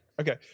Okay